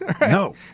No